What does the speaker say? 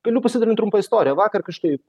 galiu pasidalint trumpa istorija vakar kažkaip